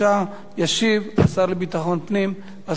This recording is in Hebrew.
ישיב השר לביטחון פנים יצחק אהרונוביץ.